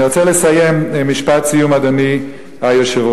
אני רוצה לסיים במשפט סיום, אדוני היושב-ראש.